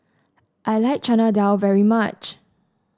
I like Chana Dal very much